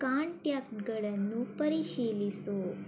ಕಾಂಟ್ಯಾಕ್ಟ್ಗಳನ್ನು ಪರಿಶೀಲಿಸು